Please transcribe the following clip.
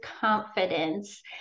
confidence